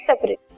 separate